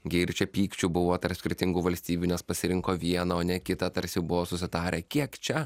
gi ir čia pykčių buvo tarp skirtingų valstybių nes pasirinko vieną o ne kitą tarsi jau buvo susitarę kiek čia